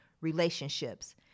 relationships